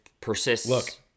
persists